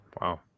Wow